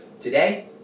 today